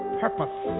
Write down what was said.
purpose